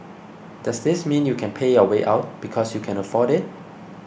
does this mean you can pay your way out because you can afford it